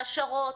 העשרות,